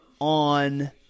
on